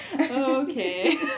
Okay